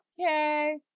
okay